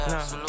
Nah